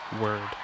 word